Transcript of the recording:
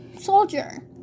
soldier